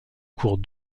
cours